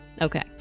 Okay